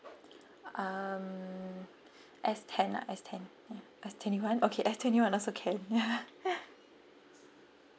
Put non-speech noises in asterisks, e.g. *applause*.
um S ten S ten ya S twenty one okay S twenty one also can ya *laughs*